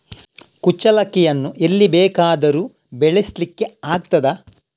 ಕುಚ್ಚಲಕ್ಕಿಯನ್ನು ಎಲ್ಲಿ ಬೇಕಾದರೂ ಬೆಳೆಸ್ಲಿಕ್ಕೆ ಆಗ್ತದ?